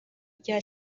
rya